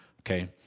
Okay